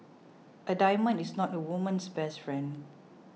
a diamond is not a woman's best friend